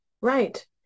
right